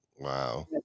Wow